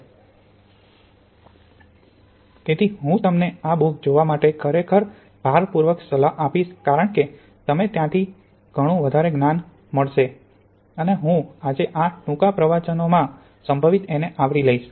Refer Slide Time 0028 તેથી હું તમને આ બૂક જોવા માટે ખરેખર ભારપૂર્વક સલાહ આપીશ કારણ કે તમે ત્યાંથી તમને ઘણું વધારે જ્ઞાન મળશે છે અને હું આજે આ ટૂંકા પ્રવચનોમાં સંભવિત એને આવરી લઈસ